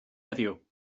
heddiw